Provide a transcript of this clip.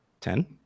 Ten